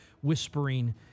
whispering